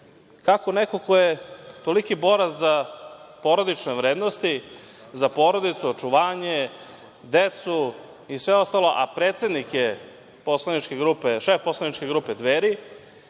kako neko ko je toliki borac za porodične vrednosti za porodicu, očuvanje, decu i sve ostalo, a šef je poslaničke grupe Dveri,